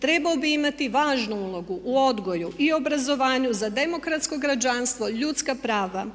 Trebao bi imati važnu ulogu u odgoju i obrazovanju za demokratsko građanstvo i ljudska prava,